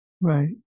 Right